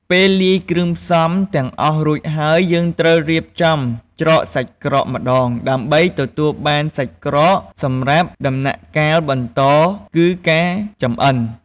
ពេលលាយគ្រឿងផ្សំទាំងអស់រួចហើយ យើងត្រូវរៀបចំច្រកសាច់ក្រកម្តង ដើម្បីទទួលបានសាច់ក្រក សម្រាប់ដំណាក់កាលបន្តគឺការចម្អិន។